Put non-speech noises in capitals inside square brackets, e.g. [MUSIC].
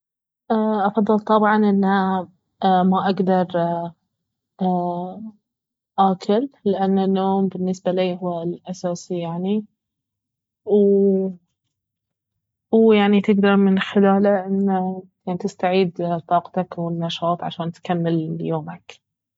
افضل طبعا انه ما اقدر [HESITATION] آكل لانه النوم بالنسبة لي اهو الأساسي يعني و- ويعني تقدر من خلاله انه يعني تستعيد طاقتك والنشاط عشان تكمل يومك